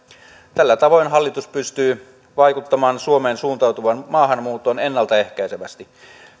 tällä tavoin hallitus pystyy vaikuttamaan suomeen suuntautuvaan maahanmuuttoon ennalta ehkäisevästi